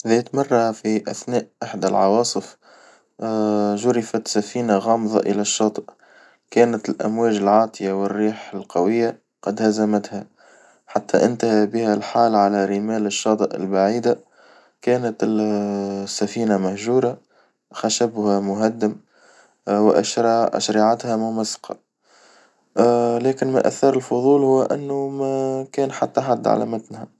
ذات مرة في أثناء إحدى العواصف جرفت سفينة غامظة إلى الشاطئ، كانت الأمواج العاتية والريح القوية قد هزمتها، حتى انتهى بها الحال على رمال الشاطئ البعيدة، كانت السفينة مهجورة خشبها مهدم وأشرعتها ممزقة، لكن ما أثار الفضول هو إنه ما كان حتى حد على متنها.